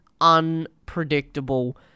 unpredictable